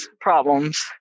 problems